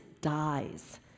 dies